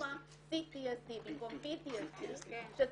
--- שזו